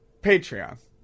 Patreon